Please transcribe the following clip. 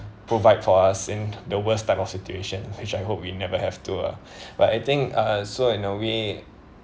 provide for us in the worst type of situation which I hope we never have to ah but I think uh so in a way